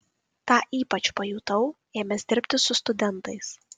tą ypač pajutau ėmęs dirbti su studentais